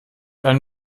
ein